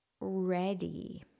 ready